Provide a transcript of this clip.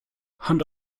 hand